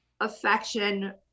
affection